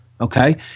okay